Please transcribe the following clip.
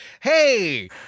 Hey